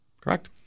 correct